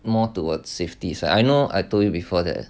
more towards safety I know I told you before that